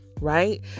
right